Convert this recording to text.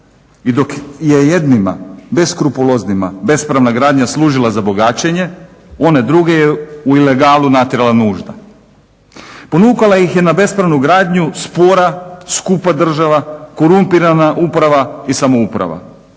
I dok je jednima beskrupuloznima bespravna gradnja služila za bogaćenje, one druge u ilegalu je natjerala nužda. Ponukala ih je na bespravnu gradnju spora, skupa država, korumpirana uprava i samouprava.